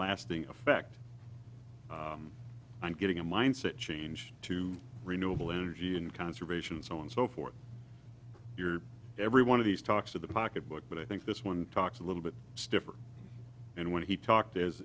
lasting effect on getting a mindset change to renewable energy and conservation so and so forth your every one of these talks of the pocket book but i think this one talks a little bit stiffer and when he talked